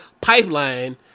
pipeline